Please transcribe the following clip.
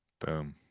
Boom